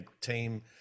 team